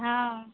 हँ